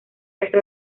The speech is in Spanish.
resto